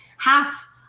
half